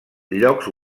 llocs